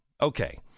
Okay